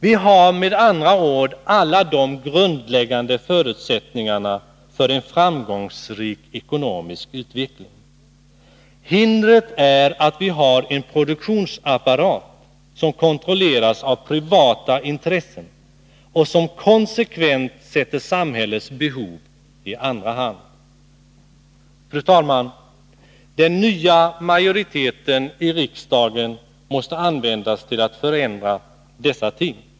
Vi har med andra ord alla de grundläggande förutsättningarna för en framgångsrik ekonomisk utveckling. Hindret är att vi har en produktionsapparat som kontrolleras av privata intressen och som konsekvent sätter samhällets behov i andra hand. Fru talman! Den nya majoriteten i riksdagen måste användas till att förändra dessa ting.